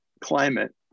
climate